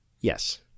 yes